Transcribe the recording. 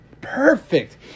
perfect